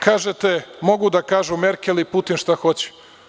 Kažete – mogu da kažu Merkel i Putin šta hoće.